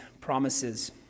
promises